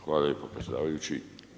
Hvala lijepo predsjedavajući.